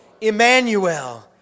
Emmanuel